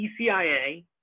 ECIA